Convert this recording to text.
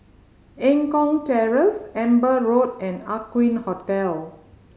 Eng Kong Terrace Amber Road and Aqueen Hotel